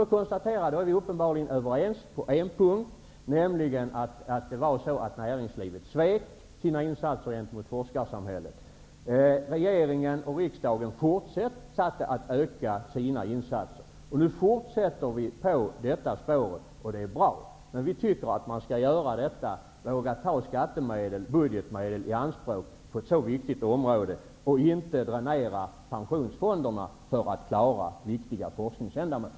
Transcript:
Jag konstaterar att vi uppenbarligen är överens på en punkt, nämligen om att näringslivet svek när det gällde insatserna till forskarsamhället. Regeringen och riksdagen fortsatte att öka sina insatser. Nu fortsätter vi på det spåret, och det är bra, men vi socialdemokrater tycker att man skall våga ta budgetmedel i anspråk för ett så viktigt område och inte dränera pensionsfonderna för att klara viktiga forskningsändamål.